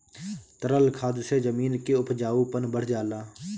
तरल खाद से जमीन क उपजाऊपन बढ़ जाला